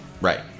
Right